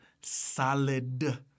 solid